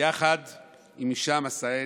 יחד עם הישאם א-סייד.